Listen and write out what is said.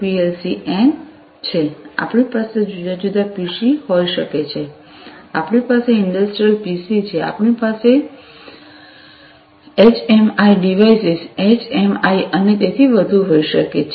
PLC એન છે આપણી પાસે જુદા જુદા પીસી હોઈ શકે છે આપણી પાસે ઇંડસ્ટ્રિયલ પીસી છે આપણી પાસે એચએમઆઈ ડિવાઇસીસ એચએમઆઈ અને તેથી વધુ હોઈ શકે છે